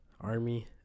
Army